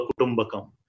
Kutumbakam